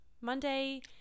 Monday